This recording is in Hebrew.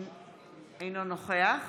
אינו נוכח